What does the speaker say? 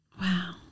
Wow